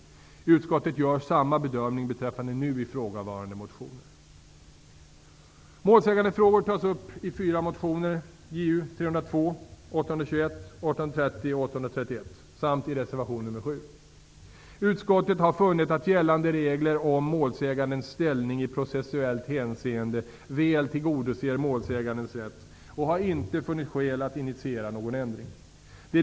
Utskottet gör samma bedömning beträffande nu ifrågavarande motioner. Utskottet har funnit att gällande regler om målsägandens ställning i processuellt hänseende väl tillgodoser målsägandens rätt och har inte funnit skäl att initiera någon ändring.